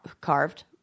carved